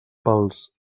pels